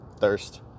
thirst